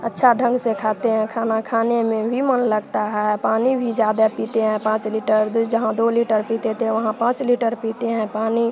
अच्छा ढंग से खाते हैं खाना खाने में भी मन लगता है पानी भी ज़्यादा पीते हैं पाँच लीटर दो जहाँ दो लीटर पीते थे वहाँ पाँच लीटर पीते हैं पानी